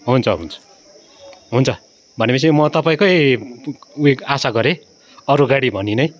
हुन्छ हुन्छ हुन्छ भनेपछि म तपाईँकै उयो आशा गरेँ अरू गाडी भनिनँ है